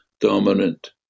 dominant